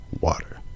water